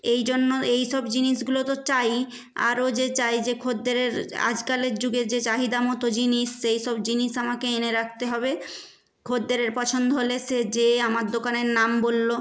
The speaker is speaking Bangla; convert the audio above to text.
এই জন্য এইসব জিনিসগুলি তো চাইই আরও যে চাই যে খদ্দেরের আজকালের যুগের যে চাহিদা মতো জিনিস সেই সব জিনিস আমাকে এনে রাখতে হবে খদ্দেরের পছন্দ হলে সে যেয়ে আমার দোকানের নাম বললো